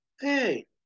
Hey